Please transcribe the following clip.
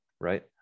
right